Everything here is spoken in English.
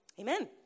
Amen